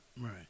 Right